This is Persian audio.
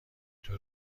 دکتر